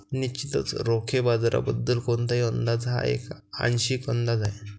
निश्चितच रोखे बाजाराबद्दल कोणताही अंदाज हा एक आंशिक अंदाज आहे